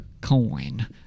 coin